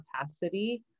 capacity